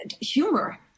Humor